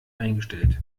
eingestellt